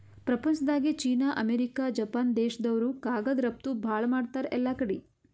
ಪ್ರಪಂಚ್ದಾಗೆ China, America, Japan ದೇಶ್ದವ್ರು ಕಾಗದ್ ರಫ್ತು ಭಾಳ್ ಮಾಡ್ತಾರ್ ಎಲ್ಲಾಕಡಿ